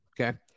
Okay